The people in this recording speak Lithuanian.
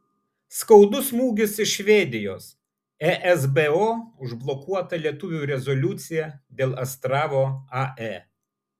skaudus smūgis iš švedijos esbo užblokuota lietuvių rezoliucija dėl astravo ae